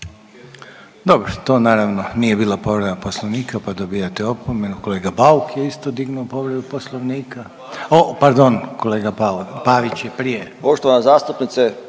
Dobro, to naravno nije bila povreda poslovnika pa dobijate opomenu. Kolega Bauk je isto dignuo povredu poslovnika, o pardon kolega Bauk Pavić je prije.